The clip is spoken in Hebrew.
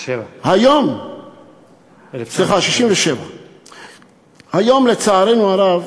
1967. סליחה, 1967. היום, לצערנו הרב,